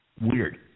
weird